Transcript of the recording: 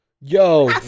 yo